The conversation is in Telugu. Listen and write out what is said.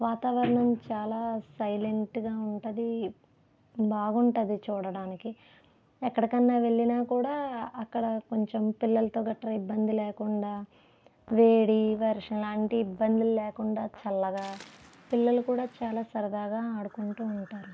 వాతావరణం చాలా సైలెంట్గా ఉంటుంది బాగుంటుంది చూడటానికి ఎక్కడికైనా వెళ్ళినా కూడా అక్కడ కొంచెం పిల్లలతో గట్రా ఇబ్బంది లేకుండా వేడి వర్షం అలాంటి ఇబ్బందులు లేకుండా చల్లగా పిలలు కూడా చాలా సరదాగా ఆడుకుంటూ ఉంటారు